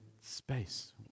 space